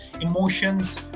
emotions